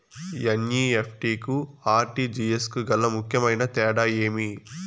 NEFT కు RTGS కు గల ముఖ్యమైన తేడా ఏమి?